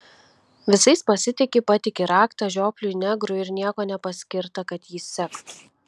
visais pasitiki patiki raktą žiopliui negrui ir nieko nepaskirta kad jį sektų